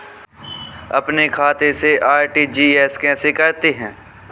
अपने खाते से आर.टी.जी.एस कैसे करते हैं?